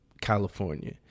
California